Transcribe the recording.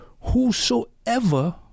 whosoever